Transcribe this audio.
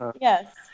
Yes